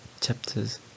chapters